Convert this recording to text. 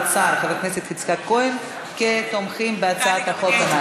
האוצר חבר הכנסת יצחק כהן כתומכים בהצעת החוק.